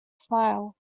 smile